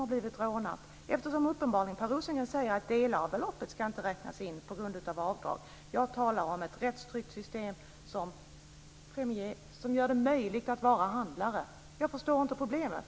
Per Rosengren säger ju uppenbarligen att delar av beloppet inte ska räknas in på grund av avdrag. Jag talar om ett rättstryggt system som gör det möjligt att vara handlare. Jag förstår inte problemet.